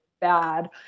bad